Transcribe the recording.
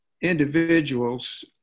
individuals